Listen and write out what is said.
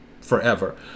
forever